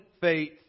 faith